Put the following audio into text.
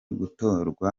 gutorwa